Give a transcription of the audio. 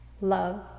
love